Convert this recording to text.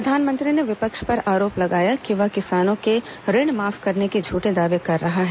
प्रधानमंत्री ने विपक्ष पर आरोप लगाया कि वह किसानों के ऋण माफ करने के झूठे दावे कर रहा है